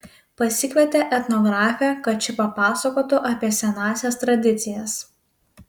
pasikvietė etnografę kad ši papasakotų apie senąsias tradicijas